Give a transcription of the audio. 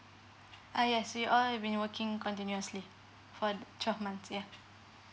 ah yes we all have been working continuously for twelve months yeah